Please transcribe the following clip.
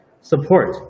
support